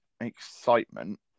excitement